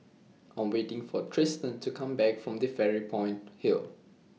I Am waiting For Tristan to Come Back from Fairy Point Hill